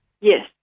Yes